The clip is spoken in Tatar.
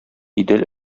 идел